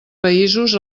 països